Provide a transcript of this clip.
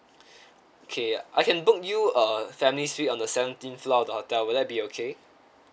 K I can book you a family suite on the seventeenth floor of the hotel will that be okay